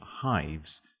hives